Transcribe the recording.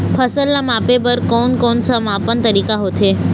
फसल ला मापे बार कोन कौन सा मापन तरीका होथे?